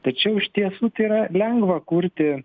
tačiau iš tiesų tai yra lengva kurti